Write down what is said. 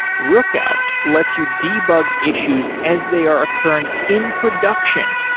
rookout lets you debug issues as they are occurring in production.